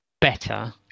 better